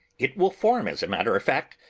it vi ill form, as a matter of fact,